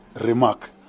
remark